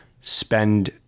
spend